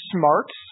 smarts